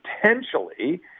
potentially